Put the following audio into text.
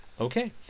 Okay